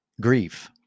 grief